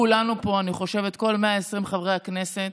כולנו פה, אני חושבת, כל 120 חברי הכנסת